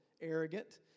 arrogant